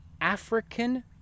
African